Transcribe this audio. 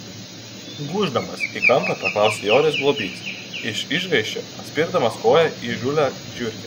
gūždamasis į kampą paklausė joris globys iš išgąsčio paspirdamas koja įžūlią žiurkę